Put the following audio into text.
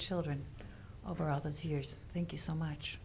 children over all those years thank you so